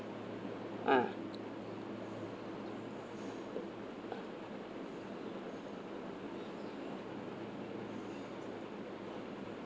ah